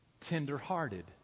Tender-hearted